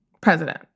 President